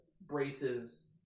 braces